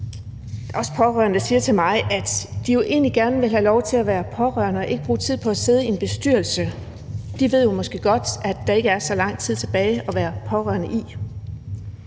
også pårørende, der siger til mig, at de jo egentlig gerne vil have lov til at være pårørende og ikke bruge tid på at sidde i en bestyrelse. De ved måske godt, at der ikke er så lang tid tilbage at være pårørende i.